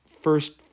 first